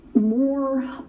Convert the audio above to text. more